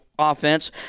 offense